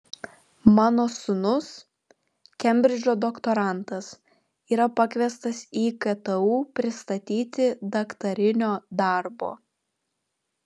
mano sūnus kembridžo doktorantas yra pakviestas į ktu pristatyti daktarinio darbo